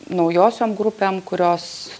naujosiom grupėm kurios